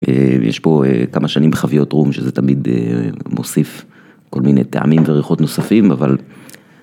יש פה כמה שנים חוויות רום שזה תמיד מוסיף כל מיני טעמים וריחות נוספים אבל.